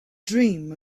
dream